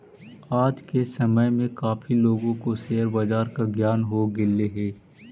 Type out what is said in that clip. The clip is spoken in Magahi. आज के समय में काफी लोगों को शेयर बाजार का ज्ञान हो गेलई हे